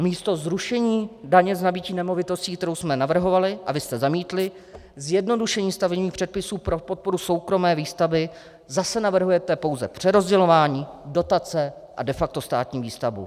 Místo zrušení daně z nabytí nemovitostí, kterou jsme navrhovali a vy jste zamítli, zjednodušení stavebních předpisů pro podporu soukromé výstavby zase navrhujete pouze přerozdělování dotace a de facto státní výstavbu.